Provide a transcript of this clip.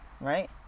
right